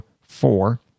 four